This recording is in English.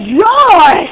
joy